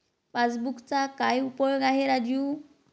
पासबुकचा काय उपयोग आहे राजू?